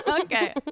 Okay